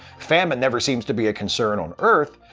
famine never seems to be a concern on earth,